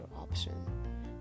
option